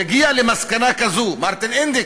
מגיע למסקנה כזו מרטין אינדיק,